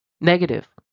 negative